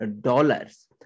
dollars